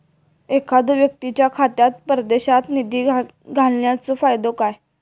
एखादो व्यक्तीच्या खात्यात परदेशात निधी घालन्याचो फायदो काय?